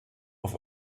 auf